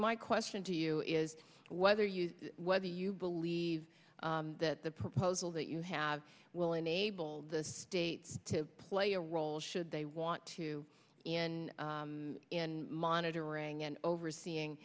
my question to you is whether you whether you believe that the proposal that you have will enable the states to play a role should they want to and in monitoring and overseeing